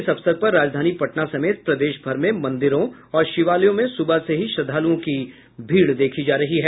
इस अवसर पर राजधानी पटना समेत प्रदेश भर में मंदिरों और शिवालयों में सुबह से ही श्रद्वालुओं की भीड़ देखी जा रही है